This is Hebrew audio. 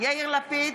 מיכאל מלכיאלי,